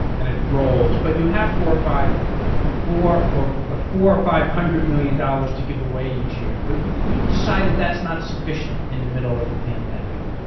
and it rolls. but you have four or five four or four or five hundred million dollars to give away each year, but you've decided that's not sufficient in the middle of the pandemic.